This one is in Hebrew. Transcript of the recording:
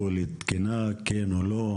כזו היא תקינה, כן או לא?